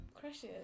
crushes